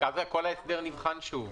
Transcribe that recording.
ואז כל ההסדר נבחן שוב.